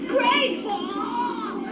Grateful